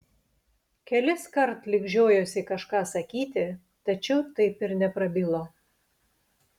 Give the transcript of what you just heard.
keliskart lyg žiojosi kažką sakyti tačiau taip ir neprabilo